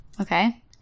Okay